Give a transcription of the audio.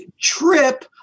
trip